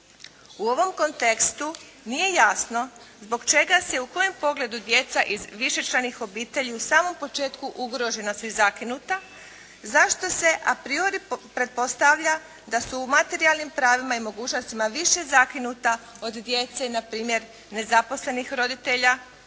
U ovom kontekstu nije jasno zbog čega se i u kojem pogledu djeca iz višečlanih obitelji u samom početku ugrožena su i zakinuta. Zašto se a priori pretpostavlja da su u materijalnim pravima i mogućnostima više zakinuta od djece na primjer nezaposlenih roditelja,